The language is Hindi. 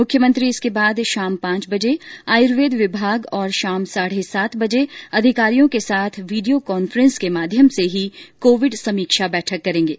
मुख्यमंत्री इसके बाद शाम पांच बजे आयुर्वेद विभाग और शाम साढे सात बजे अधिकारियों के साथ वीडियो कॉन्फ्रेन्स के माध्यम से ही कोविड समीक्षा बैठक करेंगे